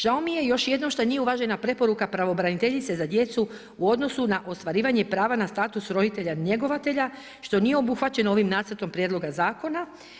Žao mi je još jednom što nije uvažena preporuka pravobraniteljice za djecu, u odnosu na ostvarivanje prava na status roditelja njegovatelja, što nije obuhvaćeno ovim nacrtom prijedlogom zakona.